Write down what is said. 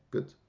Good